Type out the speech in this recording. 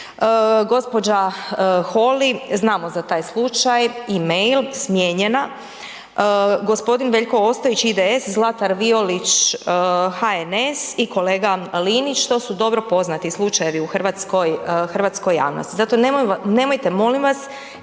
gđa. Holy, znamo za taj slučaj, e-mail, smijenjena, g. Veljko Ostojić IDS, Zlatar Violić HNS i Kolega Linić, to su dobro poznati slučajevi u hrvatskoj, hrvatskoj javnosti, zato nemojte molim vas